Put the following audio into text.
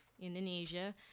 Indonesia